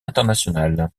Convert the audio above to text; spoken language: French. internationale